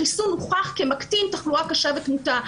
החיסון הוכח כמקטין תחלואה קשה ותמותה.